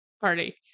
party